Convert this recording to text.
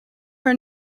for